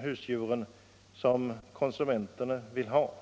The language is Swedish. husdjuren som konsumenterna vill ha.